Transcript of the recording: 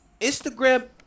instagram